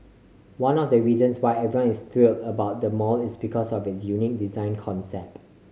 one of the reasons why everyone is thrill about the mall is because of its unique design concept